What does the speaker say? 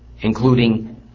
including